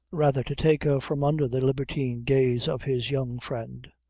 rather to take her from under the libertine gaze of his young friend,